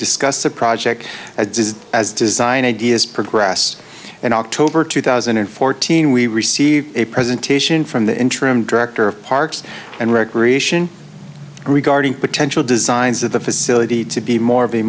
discuss a project as design ideas progress in october two thousand and fourteen we received a presentation from the interim director of parks and recreation regarding potential designs of the facility to be more of a